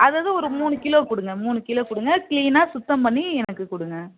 அதுதது ஒரு மூணு கிலோ கொடுங்க மூணு கிலோ கொடுங்க க்ளீனாக சுத்தம் பண்ணி எனக்கு கொடுங்க